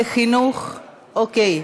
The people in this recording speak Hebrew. אוקיי.